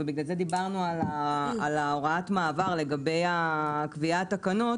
ובגלל זה דיברנו על הוראת המעבר לגבי קביעת התקנות,